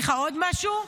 ואגיד לך עוד משהו,